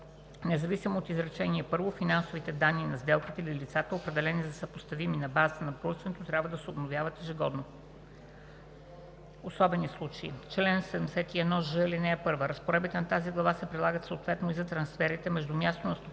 Независимо от изречение първо финансовите данни на сделките или лицата, определени за съпоставими на базата на проучването, трябва да се обновяват ежегодно. Особени случаи Чл. 71ж. (1) Разпоредбите на тази глава се прилагат съответно и за трансферите между място на стопанска